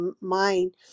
mind